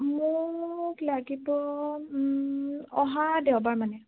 মোক লাগিব অহা দেওবাৰ মানে